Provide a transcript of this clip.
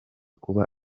kuba